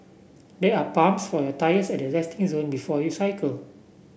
there are pumps for your tyres at the resting zone before you cycle